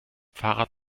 fahrrad